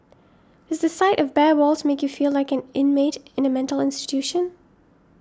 does the sight of bare walls make you feel like an inmate in a mental institution